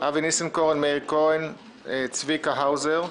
אבי ניסנקורן, מאיר כהן, צבי האוזר.